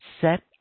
set